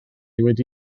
wedi